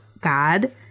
God